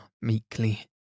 meekly